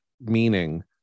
meaning